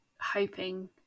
hoping